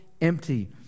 empty